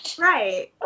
Right